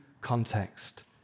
context